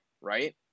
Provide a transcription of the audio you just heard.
right